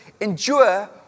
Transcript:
Endure